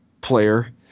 player